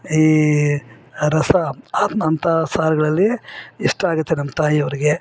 ಈ ರಸಮ್ ಆ ಅಂತಹ ಸಾರುಗಳಲ್ಲಿ ಇಷ್ಟ ಆಗುತ್ತೆ ನಮ್ಮ ತಾಯಿಯವ್ರಿಗೆ